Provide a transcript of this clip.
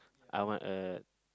I want a